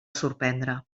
sorprendre